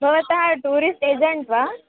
भवन्तः tourist agent वा